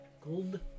gold